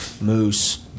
moose